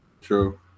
True